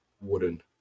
wooden